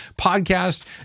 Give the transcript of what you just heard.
podcast